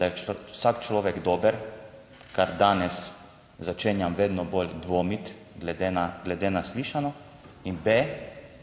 da je vsak človek dober kar danes začenjam vedno bolj dvomiti glede glede na slišano in B,